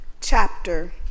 chapter